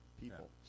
people